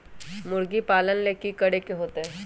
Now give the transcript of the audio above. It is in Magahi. मुर्गी पालन ले कि करे के होतै?